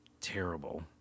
terrible